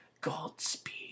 Godspeed